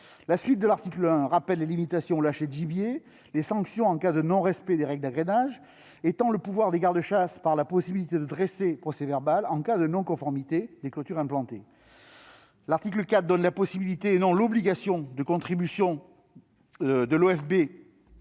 suivants détaillent les limitations apportées aux lâchers de gibier et les sanctions en cas de non-respect des règles d'agrainage. Ils étendent également le pouvoir des gardes-chasses par la possibilité de dresser procès-verbal en cas de non-conformité des clôtures implantées. L'article 4 crée la possibilité- et non l'obligation -de contribution de l'OFB